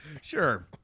Sure